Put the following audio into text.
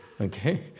Okay